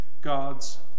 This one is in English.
God's